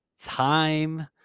time